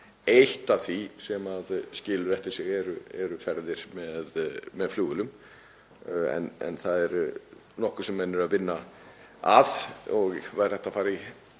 eitt af því sem skilur eftir sig eru ferðir með flugvélum. Það er nokkuð sem menn eru að vinna að og væri hægt að fara